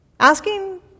Asking